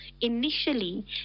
initially